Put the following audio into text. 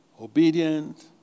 obedient